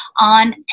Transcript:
on